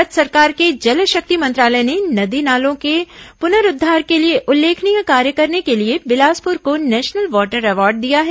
भारत सरकार के जलशक्ति मंत्रालय ने नदी नालों के पुनरूद्वार के लिए उल्लेखनीय कार्य करने के लिए बिलासपुर को नेशनल वाटर अवॉर्ड दिया है